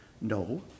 no